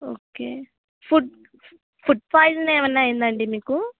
okay food food poison ఏమైనా అయిందండి మీకు